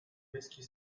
whiskey